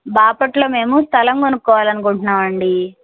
బాపట్లలో మేము స్థలం కొనుక్కోవాలి అనుకుంటున్నాం అండి